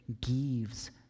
gives